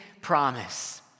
promise